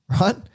right